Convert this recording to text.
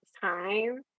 time